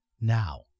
now